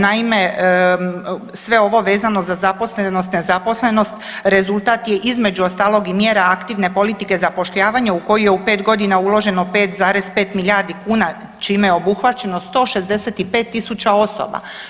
Naime, sve ovo vezano za zaposlenost, nezaposlenost rezultat je između ostalog i mjera aktivne politike zapošljavanja u koju je u 5 godina uloženo 5,5 milijardi kuna čime je obuhvaćeno 165 tisuća osoba.